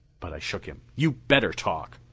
but i shook him. you'd better talk.